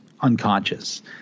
unconscious